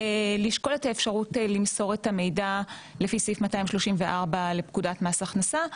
לשקול את האפשרות למסור את המידע לפי סעיף 234 לפקודת מס הכנסה.